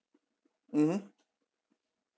mmhmm